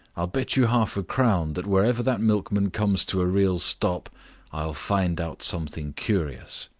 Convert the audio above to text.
i'll bet you half a crown that wherever that milkman comes to a real stop i'll find out something curious.